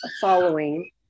following